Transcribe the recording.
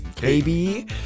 Baby